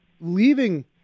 leaving –